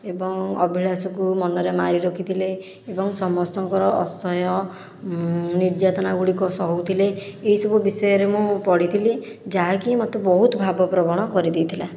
ଏବଂ ଅଭିଳାଷକୁ ମନରେ ମାରି ରଖିଥିଲେ ଏବଂ ସମସ୍ତଙ୍କର ଅସହ୍ୟ ନିର୍ଯାତନା ଗୁଡ଼ିକ ସହୁଥିଲେ ଏହିସବୁ ବିଷୟରେ ମୁଁ ପଢ଼ିଥିଲି ଯାହାକି ମୋତେ ବହୁତ ଭାବପ୍ରବଣ କରିଦେଇଥିଲା